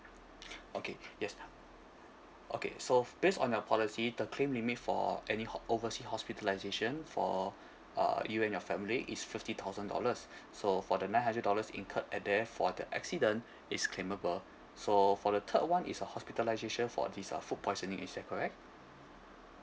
okay yes okay so based on your policy the claim limit for any ho~ oversea hospitalisation for uh you and your family is fifty thousand dollars so for the nine hundred dollars incurred at there for the accident is claimable so for the third one is a hospitalization for this uh food poisoning is that correct